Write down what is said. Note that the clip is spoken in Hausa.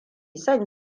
son